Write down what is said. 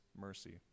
mercy